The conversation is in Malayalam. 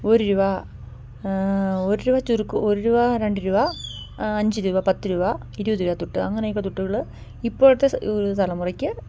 ഒരു രൂപ ഒരു രൂപ ചുരുക്ക് ഒരു രൂപ രണ്ട് രൂപ അഞ്ച് രൂപ പത്ത് രൂപ ഇരുപത് രൂപ തുട്ട് അങ്ങനെയൊക്കെ തുട്ടുകൾ ഇപ്പോഴത്തെ ഒരു തലമുറയ്ക്ക്